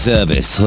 Service